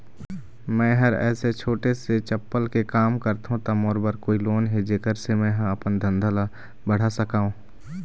मैं हर ऐसे छोटे से चप्पल के काम करथों ता मोर बर कोई लोन हे जेकर से मैं हा अपन धंधा ला बढ़ा सकाओ?